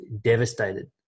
devastated